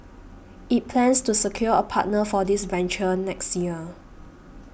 it plans to secure a partner for this venture next year